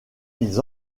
ils